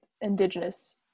Indigenous